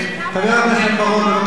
למה להעלות את המע"מ ב-1%?